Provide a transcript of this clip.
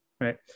Right